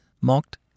mocked